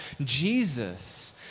Jesus